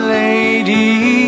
lady